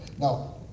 Now